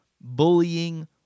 bullying